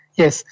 yes